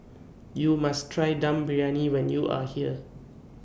YOU must Try Dum Briyani when YOU Are here